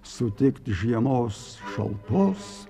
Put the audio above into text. sutikt žiemos šaltos